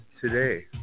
today